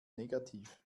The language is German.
negativ